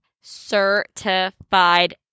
Certified